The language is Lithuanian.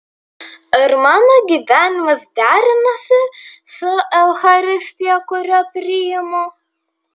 ar mano gyvenimas derinasi su eucharistija kurią priimu